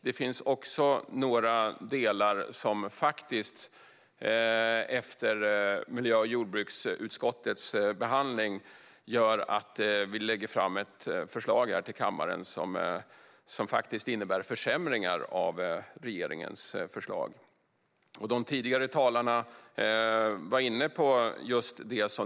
Det finns också några delar, efter miljö och jordbruksutskottets behandling, som gör att utskottet lägger fram ett förslag till kammaren som faktiskt innebär försämringar av regeringens förslag. De tidigare talarna var inne på just det.